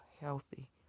healthy